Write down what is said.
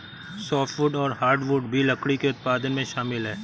softwood और hardwood भी लकड़ी के उत्पादन में शामिल है